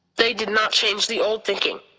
they did not change the old thinking.